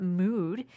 mood